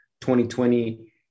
2020